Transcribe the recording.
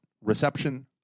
reception